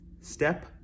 Step